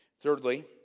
Thirdly